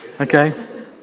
Okay